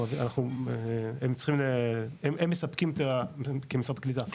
הם מספקים כמשרד הקליטה.